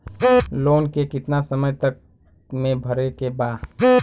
Loan के कितना समय तक मे भरे के बा?